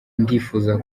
ndifuza